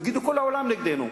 יגידו כל העולם נגדנו,